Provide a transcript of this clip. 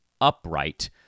upright